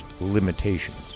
limitations